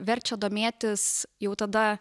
verčia domėtis jau tada